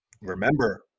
Remember